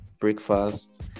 breakfast